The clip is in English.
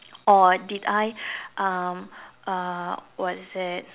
or did I um uh what's that